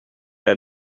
had